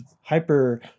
hyper